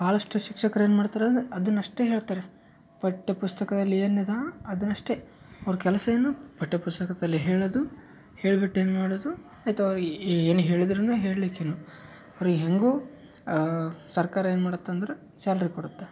ಭಾಳಷ್ಟು ಶಿಕ್ಷಕ್ರು ಏನು ಮಾಡ್ತಾರಂದ್ರ ಅದನ್ನ ಅಷ್ಟೇ ಹೇಳ್ತಾರೆ ಪಠ್ಯ ಪುಸ್ತಕದಲ್ಲಿ ಏನಿದೋ ಅದನ್ನ ಅಷ್ಟೇ ಅವ್ರ ಕೆಲಸ ಏನು ಪಠ್ಯ ಪುಸ್ತಕದಲ್ಲಿ ಹೇಳದು ಹೇಳ್ಬಿಟ್ಟು ಏನು ಮಾಡದು ಆಯ್ತು ಅವ್ರು ಏನು ಹೇಳಿದರೂನು ಹೇಳ್ಲಿಕಿನು ಅವ್ರಿಗೆ ಹೇಗೋ ಸರ್ಕಾರ ಏನು ಮಾಡತ್ತಂದ್ರ ಸ್ಯಾಲ್ರಿ ಕೊಡತ್ತ